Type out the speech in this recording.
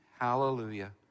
hallelujah